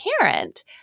parent